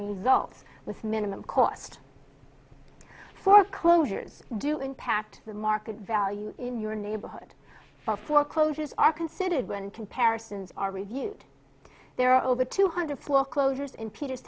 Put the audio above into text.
results with minimum cost foreclosures do impact the market value in your neighborhood for foreclosures are considered when comparisons are reviewed there are over two hundred foreclosures in peter